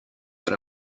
but